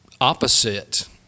opposite